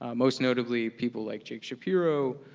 ah most notably people like jake shapiro,